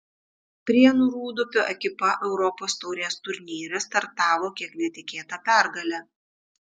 prienų rūdupio ekipa europos taurės turnyre startavo kiek netikėta pergale